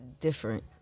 different